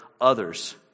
others